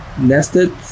nested